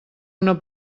una